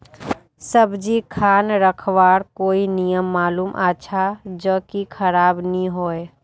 सब्जी खान रखवार कोई नियम मालूम अच्छा ज की खराब नि होय?